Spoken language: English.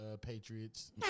Patriots